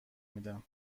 میدن